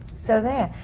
so there.